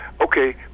Okay